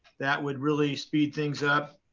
that would really speed things up.